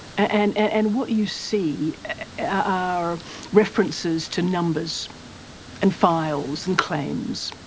and and what you see are references to numbers and files and claims.